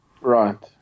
Right